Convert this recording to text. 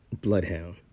Bloodhound